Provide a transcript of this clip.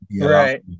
Right